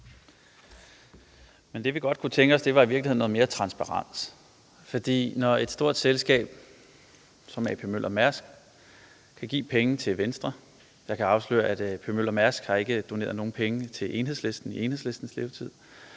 Det, vi godt kunne tænke os, var i virkeligheden noget mere transparens, for når et stort selskab som A.P. Møller - Mærsk A/S kan give penge til Venstre – og jeg kan afsløre, at A.P. Møller - Mærsk A/S ikke har doneret nogen penge til Enhedslisten i Enhedslistens levetid